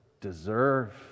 deserve